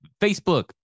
Facebook